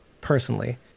personally